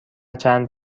چند